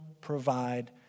provide